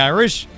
Irish